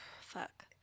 Fuck